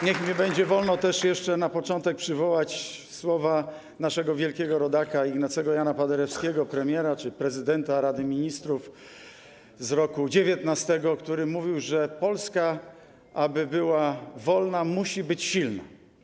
Niech mi będzie wolno, też na początek, przywołać słowa naszego wielkiego rodaka Ignacego Jana Paderewskiego, premiera czy prezydenta rady ministrów z roku 1919, który mówił, że Polska, aby była wolna, musi być silna.